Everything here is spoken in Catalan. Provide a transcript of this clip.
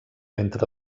entre